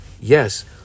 Yes